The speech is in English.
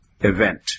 event